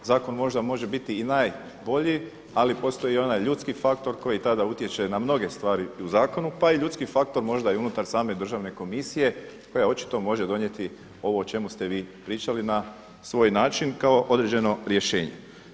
Zakon možda može biti i najbolji, ali postoji onaj ljudski faktor koji tad utječe na mnoge stvari u zakonu pa i ljudski faktor i unutar same državne komisije koja očito može donijeti ovo o čemu ste vi pričali na svoj način kao određeno rješenje.